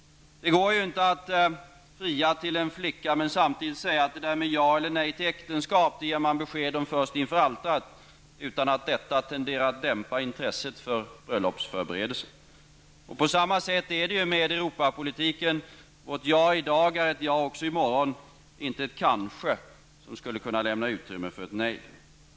Det går inte att fria till en flicka, men samtidigt säga att det där med ja eller nej till äktenskap ger man besked om först inför altaret, utan att detta tenderar att dämpa intresset för bröllopsförberedelserna. Och på samma sätt är det med Europapolitiken. Vårt ''ja'' i dag är ett ''ja'' också i morgon, inte ett ''kanske'' som lämnar utrymme för ett ''nej''.